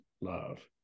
love